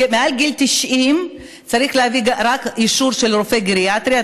מעל גיל 90 צריך להביא רק אישור של רופא גריאטרי,